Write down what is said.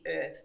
earth